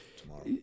tomorrow